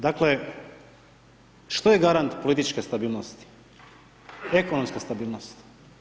Dakle, što je garant političke stabilnosti, ekonomske stabilnosti?